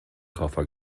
koffer